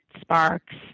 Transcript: sparks